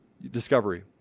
discovery